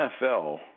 NFL